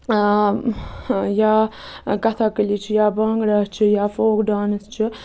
یا کَتھا کٔلی چھُ یا بانگڑا چھُ یا فوک ڈانٕس چھُ